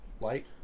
Light